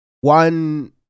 one